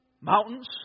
mountains